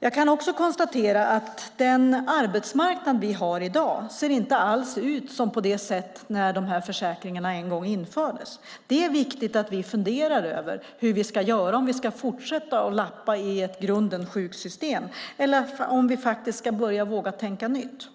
Jag kan också konstatera att den arbetsmarknad vi har i dag inte alls ser ut på det sätt som när de här försäkringarna en gång infördes. Det är viktigt att vi funderar över hur vi ska göra. Ska vi fortsätta lappa i ett i grunden sjukt system, eller ska vi faktiskt våga tänka nytt?